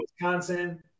Wisconsin